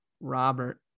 Robert